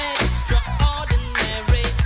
Extraordinary